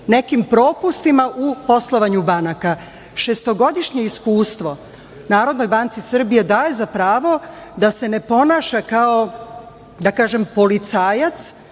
nekim propustima u poslovanju banaka. Šestogodišnje iskustvo Narodnoj banci Srbije daje za pravo da se ponaša kao policajac,